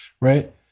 right